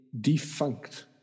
defunct